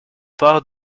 port